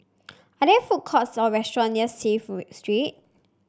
are there food courts or restaurants near Clive Street